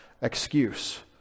excuse